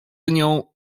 nią